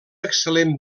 excel·lent